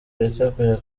niteguye